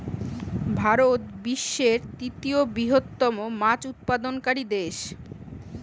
ভারত বিশ্বের তৃতীয় বৃহত্তম মাছ উৎপাদনকারী দেশ